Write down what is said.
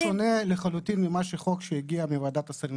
החוק שונה לחלוטין מהחוק שהגיע מוועדת השרים,